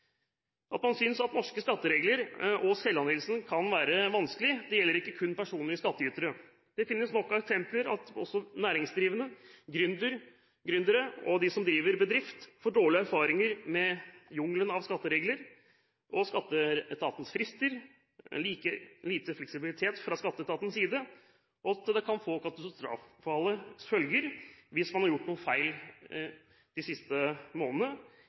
at man synes at norske skatteregler og selvangivelsen kan være vanskelig, gjelder ikke kun personlige skattytere. Det finnes nok av eksempler på at også næringsdrivende – gründere og andre som driver bedrifter – har dårlige erfaringer med jungelen av skatteregler og skatteetatens frister. Det er lite fleksibilitet fra skatteetatens side, og det kan få katastrofale følger. Har man gjort noen feil siste